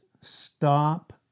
Stop